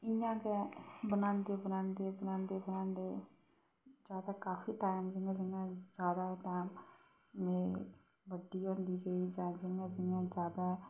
इ'यां गै बनांदे बनांदे बनांदे बनांदे ज्यादा काफी टाइम जियां जियां ज्यादा टाइम मि बड्डी होंदी गेई जियां जियां ज्यादा